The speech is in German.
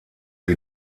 die